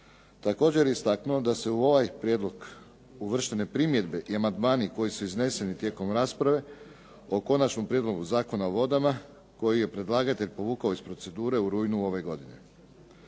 Također je istaknuo da se u ovaj prijedlog uvrštene primjedbe i amandmani koji su izneseni tijekom rasprave o Konačnom prijedlogu Zakona o vodama, koji je predlagatelj povukao iz procedure iz rujna ove godine.